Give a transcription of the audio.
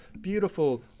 Beautiful